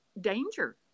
danger